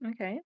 Okay